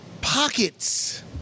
pockets